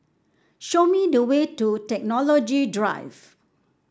show me the way to Technology Drive